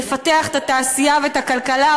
יפתח את התעשייה ואת הכלכלה,